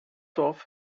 dorf